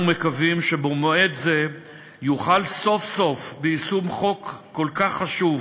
מקווים שבמועד זה יוחל סוף-סוף ביישום חוק כל כך חשוב